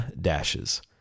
dashes